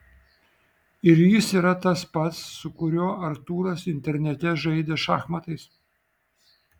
ir jis yra tas pats su kuriuo artūras internete žaidė šachmatais